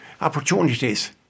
opportunities